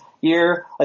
year